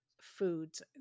foods